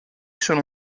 sono